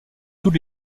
tous